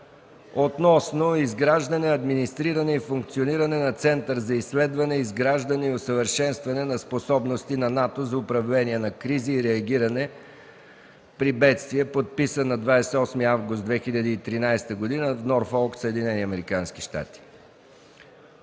относно изграждането, администрирането и функционирането на Център за изследване, изграждане и усъвършенстване на способности на НАТО за управление на кризи и реагиране при бедствия, подписан на 28 август 2013 г. в Норфолк,